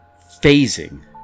phasing